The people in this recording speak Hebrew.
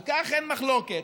על כך אין מחלוקת.